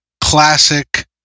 classic